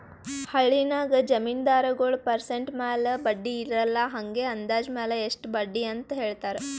ಹಳ್ಳಿನಾಗ್ ಜಮೀನ್ದಾರಗೊಳ್ ಪರ್ಸೆಂಟ್ ಮ್ಯಾಲ ಬಡ್ಡಿ ಇರಲ್ಲಾ ಹಂಗೆ ಅಂದಾಜ್ ಮ್ಯಾಲ ಇಷ್ಟ ಬಡ್ಡಿ ಅಂತ್ ಹೇಳ್ತಾರ್